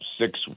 six